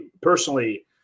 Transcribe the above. personally